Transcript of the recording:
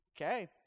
Okay